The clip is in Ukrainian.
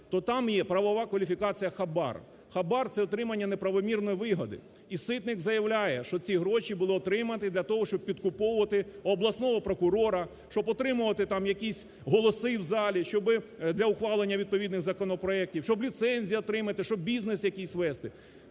то там є правова кваліфікація - хабар. Хабар – це отримання неправомірної вигоди. І Ситник заявляє, що ці гроші було отримати для того, щоб підкуповувати обласного прокурора, щоб отримувати там якісь голоси в залі для ухвалення відповідних законопроектів, щоб ліцензію отримати, щоб бізнес якісь вести.